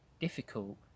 difficult